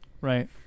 right